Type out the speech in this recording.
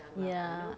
ya